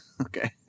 Okay